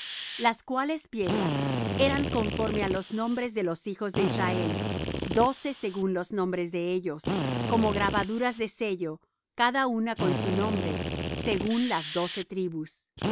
encajes y serán aquellas piedra según los nombres de los hijos de israel doce según sus nombres como grabaduras de sello cada una con su nombre vendrán á ser según las doce tribus